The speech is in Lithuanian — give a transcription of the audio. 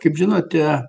kaip žinote